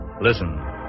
Listen